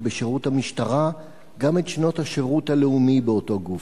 בשירות המשטרה גם את שנות השירות הלאומי באותו גוף.